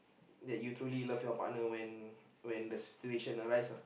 that you truly live your partner when when the situation arise uh